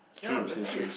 ya legit